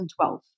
2012